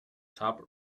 top